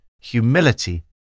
Humility